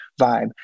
vibe